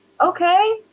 Okay